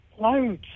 Loads